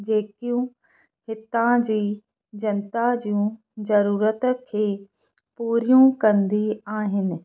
जेकियूं हितां जी जनता जूं जरुरत खे पूरियूं कंदी आहिनि